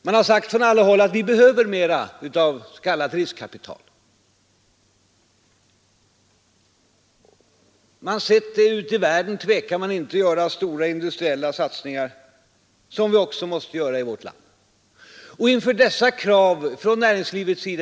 Man har från alla håll sagt att vi behöver mera av s.k. riskkapital. Ute i världen tvekar man inte att göra stora industriella satsningar. Det måste vi också göra här i vårt land, inte minst från näringslivets sida.